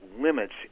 limits